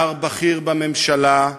בשר בכיר בממשלה,